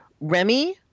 Remy